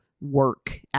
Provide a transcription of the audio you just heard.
work